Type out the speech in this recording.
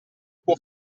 può